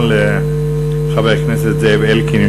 הודעה לחבר הכנסת זאב אלקין,